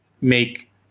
make